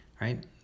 right